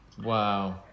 Wow